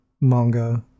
manga